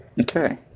Okay